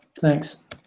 Thanks